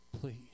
Please